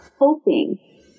hoping